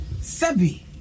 Sabi